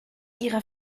ihrer